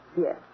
Yes